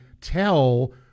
tell